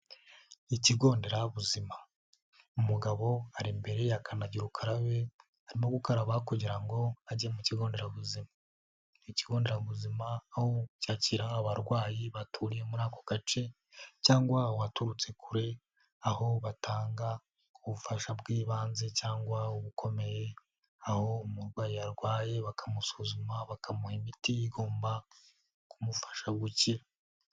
Ikigo nderabuzima, umugabo ari imbere ya kanagira ukarabe arimo gukaraba kugira ngo ajye mu kigo nderabuzima, ikigo nderabuzima aho cyakira abarwayi baturiye muri ako gace cyangwa uwaturutse kure aho batanga ubufasha bw'ibanze cyangwa ubukomeye, aho umurwayi yarwaye bakamusuzuma, bakamuha imiti igomba kumufasha gukira.